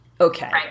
Okay